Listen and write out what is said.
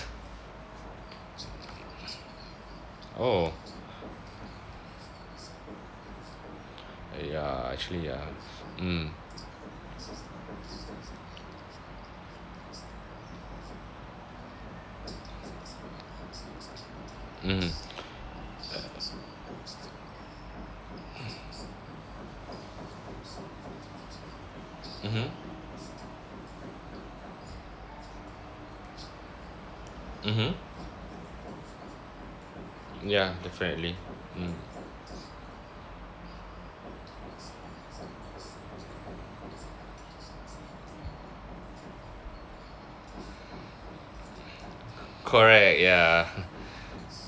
oh ya actually ya mm mm mmhmm mmhmm ya definitely correct ya